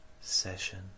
session